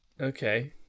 Okay